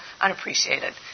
unappreciated